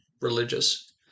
religious